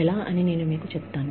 ఎలా ఉంటుందో నేను మీకు చెప్తాను